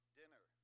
dinner